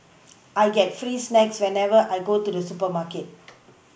I get free snacks whenever I go to the supermarket